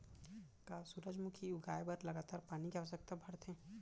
का सूरजमुखी उगाए बर लगातार पानी के आवश्यकता भरथे?